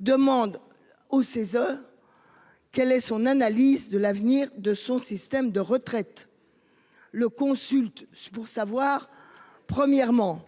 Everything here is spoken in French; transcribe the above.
Demande au CESE. Quel est son analyse de l'avenir de son système de retraites. Le consulte, c'est pour savoir premièrement